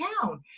town